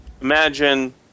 imagine